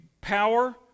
power